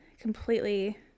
completely